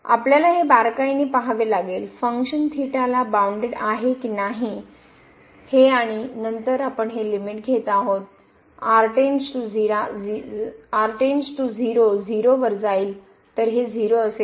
आपल्याला हे बारकाईने पहावे लागेल फंक्शन theta ला बाउनडेड आहे की नाही हे आणि नंतर आपण हे लिमिट घेत आहोत r → 0 0वर जाईल तर हे 0 असेल